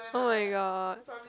[oh]-my-god